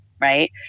right